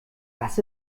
was